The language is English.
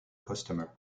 customer